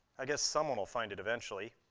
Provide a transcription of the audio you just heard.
i guess someone will find it eventually,